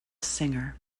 singer